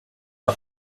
the